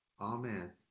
Amen